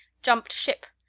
jumped ship!